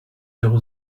zéro